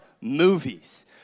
movies